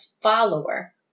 follower